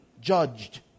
judged